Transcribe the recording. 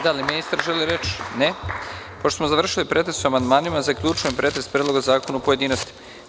Da li ministar želi reč? (Ne) Pošto smo završili pretres o amandmanima, zaključujem pretres Predloga zakona u pojedinostima.